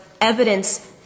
evidence